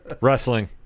Wrestling